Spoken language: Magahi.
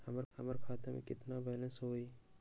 हमर खाता में केतना बैलेंस हई?